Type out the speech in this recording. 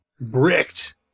Bricked